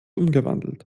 umgewandelt